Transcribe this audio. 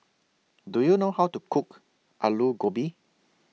Do YOU know How to Cook Alu Gobi